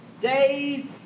days